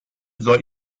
soll